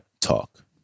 talk